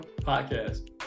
podcast